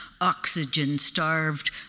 oxygen-starved